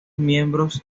miembros